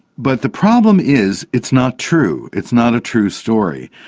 but the problem is it's not true, it's not a true story,